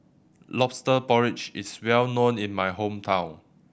Lobster Porridge is well known in my hometown